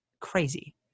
crazy